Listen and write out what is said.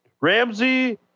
Ramsey